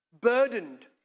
burdened